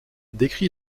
décrit